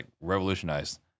revolutionized